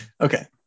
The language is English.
Okay